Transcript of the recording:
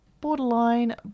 Borderline